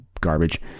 garbage